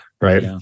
right